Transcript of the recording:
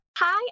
Hi